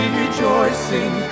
rejoicing